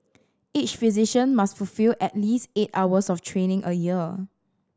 each physician must fulfil at least eight hours of training a year